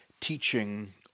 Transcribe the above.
teaching